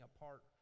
apart